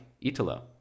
Italo